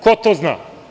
Ko to zna?